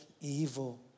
evil